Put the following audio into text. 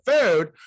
food